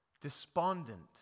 despondent